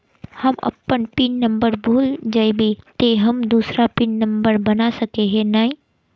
हम अपन pin number भूल जयबे ते हम दूसरा पिन नंबर बना सके है नय?